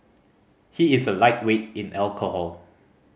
he is a lightweight in alcohol